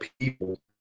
people